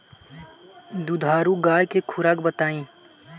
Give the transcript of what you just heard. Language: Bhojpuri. दुधारू गाय के खुराक बताई?